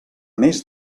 més